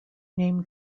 named